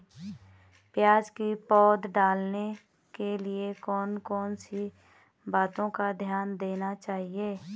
प्याज़ की पौध डालने के लिए कौन कौन सी बातों का ध्यान देना चाहिए?